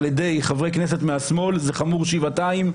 על ידי חברי כנסת מהשמאל זה חמור שבעתיים.